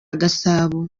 gasabo